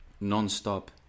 non-stop